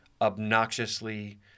obnoxiously